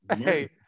hey